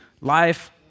life